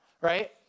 right